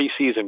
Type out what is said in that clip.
preseason